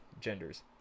genders